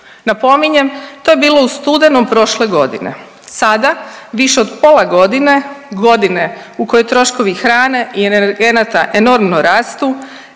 Napominjem, to je bilo u studenom prošle godine, sada više od pola godine, godine u kojoj troškovi hrane i energenata enormno rastu,